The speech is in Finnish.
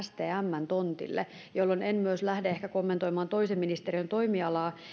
stmn tontille jolloin en myöskään lähde ehkä kommentoimaan toisen ministeriön toimialaa